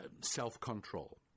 self-control